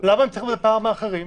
למה הם צריכים להיות בפער מאחרים?